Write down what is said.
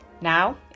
Now